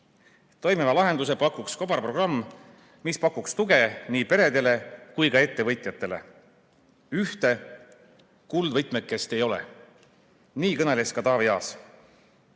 Toimiva lahenduse pakuks kobarprogramm, mis pakuks tuge nii peredele kui ka ettevõtjatele. Ühte kuldvõtmekest ei ole. Nii kõneles ka Taavi Aas.